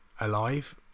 alive